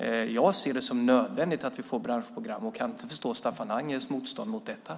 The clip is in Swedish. Jag ser det som nödvändigt att vi får branschprogram och kan inte förstå Staffan Angers motstånd mot dem.